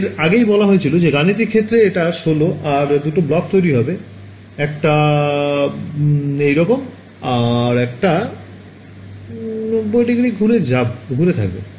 এর আগেই এটা বলা হয়েছিল যে গাণিতিক ক্ষেত্রে এটা ১৬ আর দুটো ব্লক তৈরি হবে একটা এইরকম আর একটা ৯০০ ঘুরে থাকবে